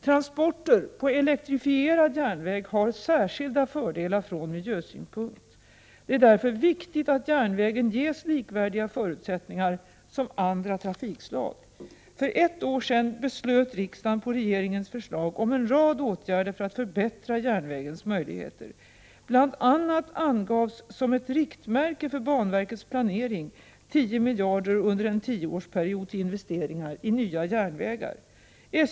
Transporter på elektrifierad järnväg har särskilda fördelar från miljösynpunkt. Det är därför viktigt att järnvägen ges likvärdiga förutsättningar som andra trafikslag. För ett år sedan beslöt riksdagen på regeringens förslag om en rad åtgärder för att förbättra järnvägens möjligheter. Bl.a. angavs som ett riktmärke för banverkets planering 10 miljarder under en tioårsperiod till investeringar i nya järnvägar.